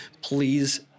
Please